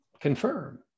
confirm